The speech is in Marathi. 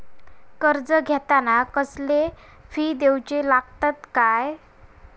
कर्ज घेताना कसले फी दिऊचे लागतत काय?